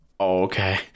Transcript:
Okay